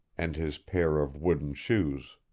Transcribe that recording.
and his pair of wooden shoes.